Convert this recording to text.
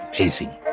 Amazing